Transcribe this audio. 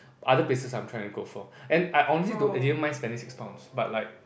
other places I'm trying to go for and I honestly don't didn't mind spending six pounds but like